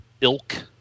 ilk